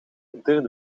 winter